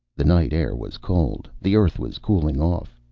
the night air was cold. the earth was cooling off.